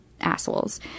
assholes